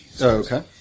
Okay